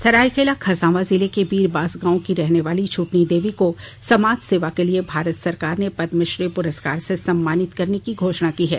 सरायकेला खरसावां जिले के बीरबांस गांव की रहने वाली छुटनी देवी को समाज सेवा के लिए भारत सरकार ने पद्मश्री पुरस्कार से सम्मानित करने की घोषणा की है